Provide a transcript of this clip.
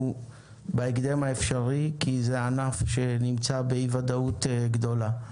בהקדם האפשרי כי זה ענף שנמצא באי ודאות גדולה.